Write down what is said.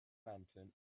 lantern